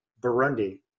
burundi